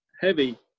heavy